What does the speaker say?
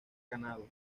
ganado